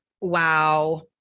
wow